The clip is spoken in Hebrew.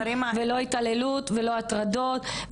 לא התעללות ולא הטרדות.